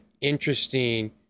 interesting